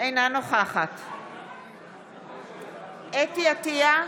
אינה נוכחת חוה אתי עטייה,